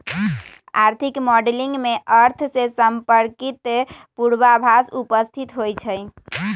आर्थिक मॉडलिंग में अर्थ से संपर्कित पूर्वाभास उपस्थित होइ छइ